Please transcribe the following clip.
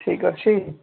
ଠିକ୍ ଅଛି